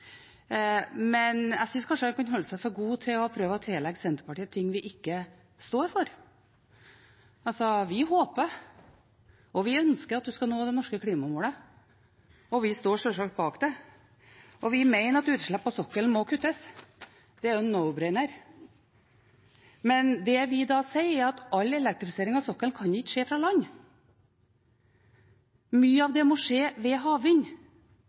Men jeg synes kanskje han kan holde seg for god til å prøve å tillegge Senterpartiet ting vi ikke står for. Vi håper og vi ønsker at vi skal nå det norske klimamålet, og vi står sjølsagt bak det. Vi mener at utslipp på sokkelen må kuttes; det er en nobrainer. Men det vi da sier, er at ikke all elektrifisering av sokkelen kan skje fra land. Mye av det må skje ved havvind.